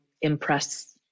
impress